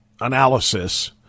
analysis